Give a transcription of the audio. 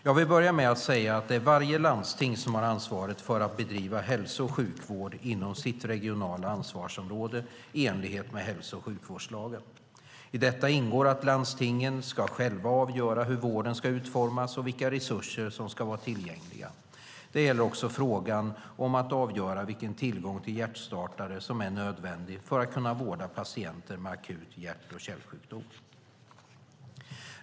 Jag vill börja med att säga att varje landsting har ansvaret för att bedriva hälso och sjukvård inom sitt regionala ansvarsområde i enlighet med hälso och sjukvårdslagen. I detta ingår att landstingen själva ska avgöra hur vården ska utformas och vilka resurser som ska vara tillgängliga. Detta gäller också frågan om att avgöra vilken tillgång till hjärtstartare som är nödvändig för att kunna vårda patienter med akut hjärt-kärlsjukdom.